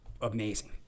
amazing